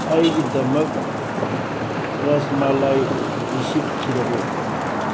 ꯑꯩꯒꯤꯗꯃꯛ ꯔꯁꯃꯂꯥꯏ ꯔꯤꯁꯤꯞ ꯊꯤꯔꯛꯎ